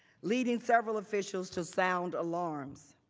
waiting several officials to sound alarms.